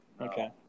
Okay